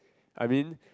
I mean